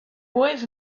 boys